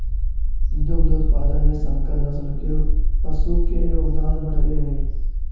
दुग्ध उत्पादन में संकर नस्ल के पशु के योगदान बढ़ले हइ